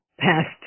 past